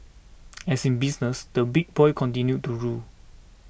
as in business the big boys continue to rule